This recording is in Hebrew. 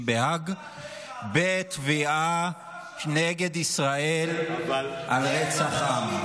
בהאג בתביעה נגד ישראל על רצח עם.